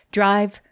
drive